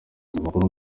amakuru